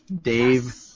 Dave